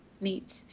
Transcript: Neat